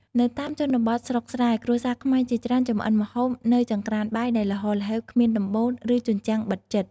នៅតាមជនបទស្រុកស្រែ គ្រួសារខ្មែរជាច្រើនចម្អិនម្ហូបនៅចង្ក្រានបាយដែលល្ហល្ហេវគ្មានដំបូល ឬជញ្ជាំងបិទជិត។